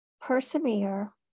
persevere